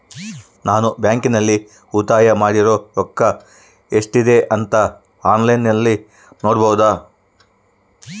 ನಾನು ಬ್ಯಾಂಕಿನಲ್ಲಿ ಉಳಿತಾಯ ಮಾಡಿರೋ ರೊಕ್ಕ ಎಷ್ಟಿದೆ ಅಂತಾ ಆನ್ಲೈನಿನಲ್ಲಿ ನೋಡಬಹುದಾ?